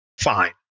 fine